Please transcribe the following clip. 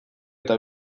eta